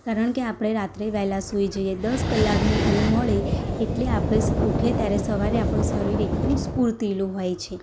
કારણ કે આપણે રાત્રે વહેલાં સુઈ જઈએ દસ કલાકની ઊંઘ મળે એટલે આપણે ઉઠીએ ત્યારે સવારે આપણું શરીર એકદમ સ્ફૂર્તિલું હોય છે